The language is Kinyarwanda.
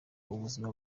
ubuzima